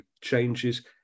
changes